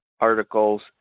articles